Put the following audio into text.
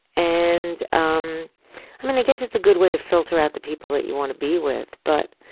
and um i and guess it's a good way to filter out the people that you want to be with, but